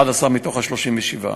11 מתוך ה-37.